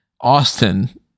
Austin